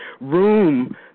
room